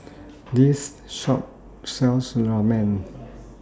This Shop sells Ramen